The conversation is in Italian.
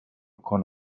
con